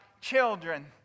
children